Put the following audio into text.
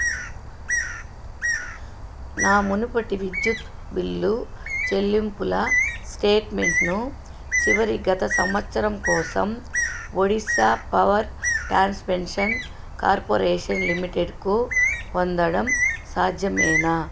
నా మునుపటి విద్యుత్ బిల్లు చెల్లింపుల స్టేట్మెంట్ను చివరి గత సంవత్సరం కోసం ఒడిశా పవర్ ట్రాన్స్మిషన్ కార్పొరేషన్ లిమిటెడ్కు పొందడం సాధ్యమేనా